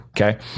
okay